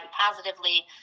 positively